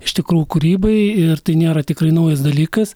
iš tikrųjų kūrybai ir tai nėra tikrai naujas dalykas